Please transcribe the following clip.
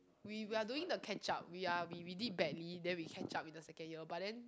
we we're doing the catch up we're we we did badly then we catch up in the second year but then